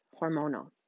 hormonal